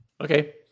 Okay